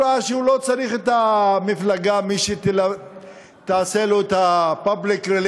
הוא ראה שהוא לא צריך את המפלגה שתעשה לו את יחסי הציבור בעולם,